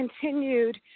continued